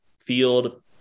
field